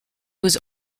was